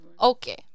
Okay